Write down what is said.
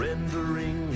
Rendering